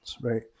right